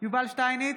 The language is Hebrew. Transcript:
יובל שטייניץ,